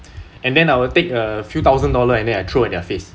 and then I'll take a few thousand dollar and then I throw at their face